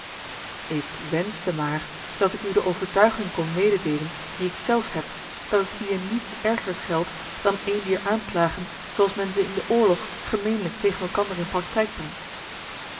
ik wenschte maar dat ik u de overtuiging kon mededeelen die ik zelf heb dat het hier niets ergers geldt dan een dier aanslagen zooals men ze in den oorlog gemeenlijk tegen elkander in praktijk brengt